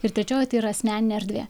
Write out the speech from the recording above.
ir trečioji tai yra asmeninė erdvė